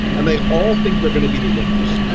and they all think they're going to be the winners.